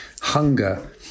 hunger